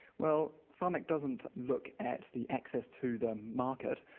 well, pharmac doesn't look at the access to the market.